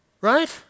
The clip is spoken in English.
right